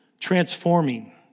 transforming